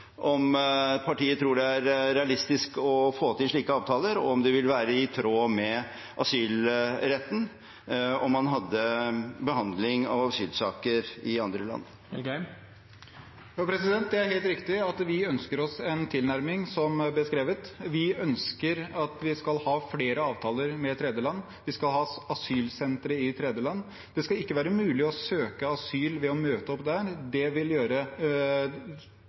om partiet tror det er realistisk å få til slike avtaler, og om det vil være i tråd med asylretten om man har behandling av asylsaker i andre land. Det er helt riktig at vi ønsker oss en tilnærming som beskrevet. Vi ønsker at vi skal ha flere avtaler med tredjeland. Vi skal ha asylsentre i tredjeland. Det skal ikke være mulig å søke asyl ved å møte opp der. Det ville gjøre